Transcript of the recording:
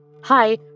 hi